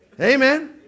Amen